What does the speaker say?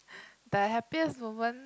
the happiest moment